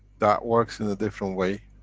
that works in a different way.